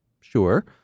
Sure